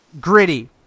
gritty